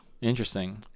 Interesting